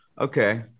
okay